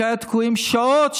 שהיו תקועים שעות,